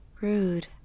rude